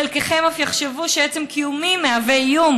חלקכם אף יחשבו שעצם קיומי מהווה איום,